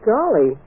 Golly